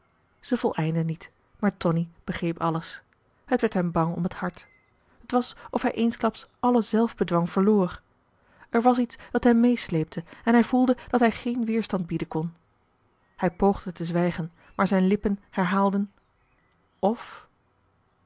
zij voleindde niet maar tonie begreep alles het werd hem bang om het hart t was of hij eensklaps alle zelfbedwang verloor er was iets dat hem meesleepte en hij voelde dat hij geen weerstand bieden kon hij poogde te zwijgen maar zijn lippen herhaalden of